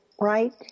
right